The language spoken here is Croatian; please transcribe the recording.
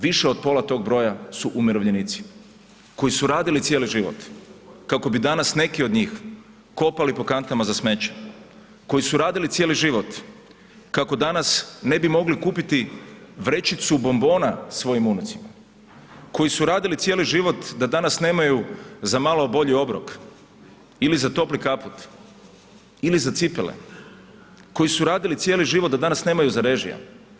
Više od pola tog broja su umirovljenici koji su radili cijeli život kako bi danas neki od njih kopali po kantama za smeće, koji su radili cijeli život kako danas ne bi mogli kupiti vrećicu bombona svojim unucima, koji su radili cijeli život da danas nemaju za malo bolji obrok ili za topli kaput ili za cipele, koji su radili cijeli život da danas nemaju za režije.